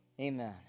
amen